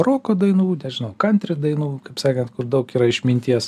roko dainų nežinau kantri dainų kaip sakant kur daug yra išminties